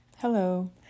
Hello